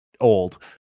old